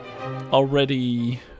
already